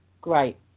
great